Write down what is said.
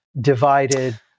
divided